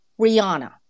Rihanna